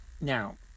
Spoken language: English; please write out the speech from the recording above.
Now